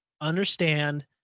understand